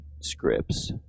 scripts